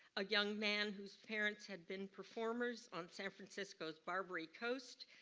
a young man whose parents had been performers on san francisco's barbary coast.